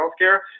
healthcare